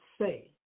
say